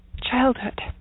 childhood